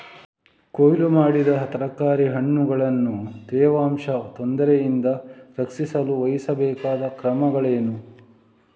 ಕೊಯ್ಲು ಮಾಡಿದ ತರಕಾರಿ ಹಣ್ಣುಗಳನ್ನು ತೇವಾಂಶದ ತೊಂದರೆಯಿಂದ ರಕ್ಷಿಸಲು ವಹಿಸಬೇಕಾದ ಕ್ರಮಗಳೇನು?